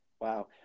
wow